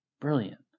Brilliant